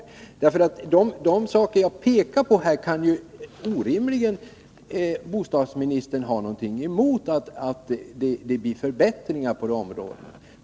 På de områden som jag angivit kan ju bostadsministern inte rimligen ha något emot att förbättringar görs.